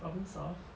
problem solve